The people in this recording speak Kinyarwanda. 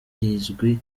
rizwi